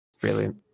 Brilliant